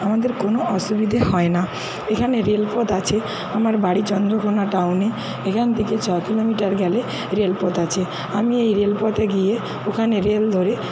আমাদের কোনো অসুবিধে হয় না এখানে রেলপথ আছে আমার বাড়ি চন্দ্রকোনা টাউনে এখান থেকে ছ কিলোমিটার গেলে রেলপথ আছে আমি এই রেলপথে গিয়ে ওখানে রেল ধরে